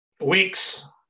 weeks